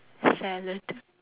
salad